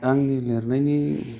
आंनि लिरनायनि